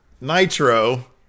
Nitro